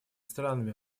странами